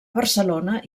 barcelona